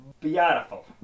Beautiful